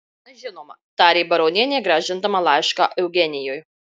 na žinoma tarė baronienė grąžindama laišką eugenijui